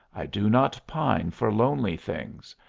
i do not pine for lonely things.